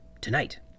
Tonight